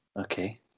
Okay